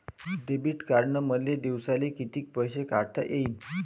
Debit कार्डनं मले दिवसाले कितीक पैसे काढता येईन?